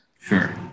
sure